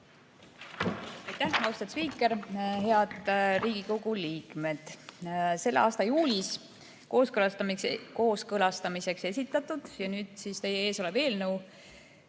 austatud spiiker! Head Riigikogu liikmed! Selle aasta juulis kooskõlastamiseks esitatud ja nüüd teie ees olev eelnõu